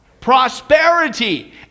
Prosperity